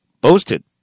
boasted